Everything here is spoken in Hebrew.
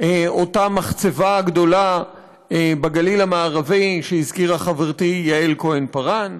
אותה מחצבה גדולה בגליל המערבי שהזכירה חברתי יעל כהן-פארן,